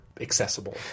accessible